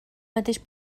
mateix